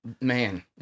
man